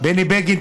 בני בגין,